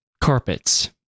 carpets